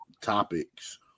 topics